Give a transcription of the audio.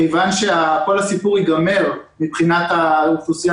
מכיוון שכל הסיפור ייגמר מבחינת האוכלוסייה